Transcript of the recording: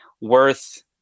worth